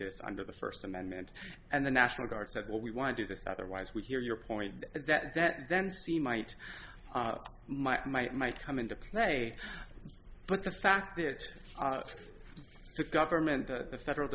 this under the first amendment and the national guard said well we want to do this otherwise we hear your point that that then see might might might might come into play but the fact that the government the federal